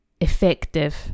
effective